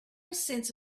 sense